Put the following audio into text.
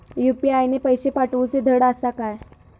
UPI ने पैशे पाठवूचे धड आसा काय?